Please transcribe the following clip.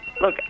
Look